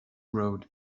road